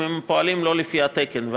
אם הן פועלות לא לפי התקן.